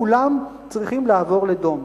כולם צריכים לעבור לדום.